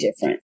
different